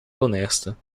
honesta